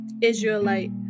Israelite